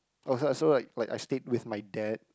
oh so so right like I stayed with my dad